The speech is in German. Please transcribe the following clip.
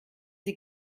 sie